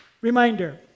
Reminder